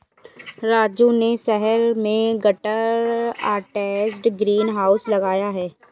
राजू ने शहर में गटर अटैच्ड ग्रीन हाउस लगाया है